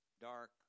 dark